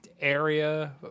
Area